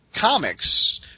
comics